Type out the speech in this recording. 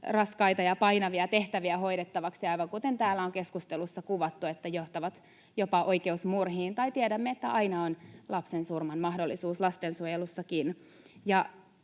raskaita ja painavia tehtäviä hoidettavaksi, ja aivan kuten täällä on keskustelussa kuvattu, ne johtavat jopa oikeusmurhiin, tai tiedämme, että aina on lapsensurman mahdollisuus lastensuojelussakin.